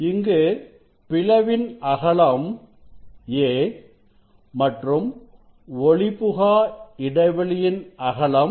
இங்கு பிளவின் அகலம் a மற்றும் ஒளிபுகா இடைவெளியின் அகலம் b